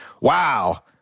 wow